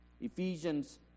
Ephesians